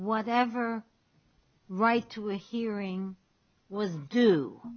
whatever right to a hearing was d